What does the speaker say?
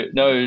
no